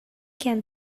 can